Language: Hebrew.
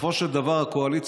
בסופו של דבר הקואליציה